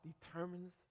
determines